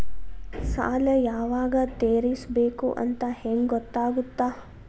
ಸಾಲ ಯಾವಾಗ ತೇರಿಸಬೇಕು ಅಂತ ಹೆಂಗ್ ಗೊತ್ತಾಗುತ್ತಾ?